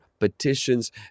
petitions